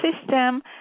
system